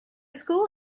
school